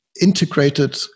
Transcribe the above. integrated